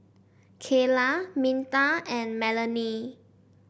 Kayla Minta and Melonie